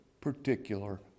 particular